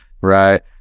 right